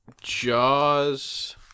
Jaws